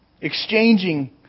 exchanging